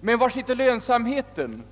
Men var sitter lönsamheten?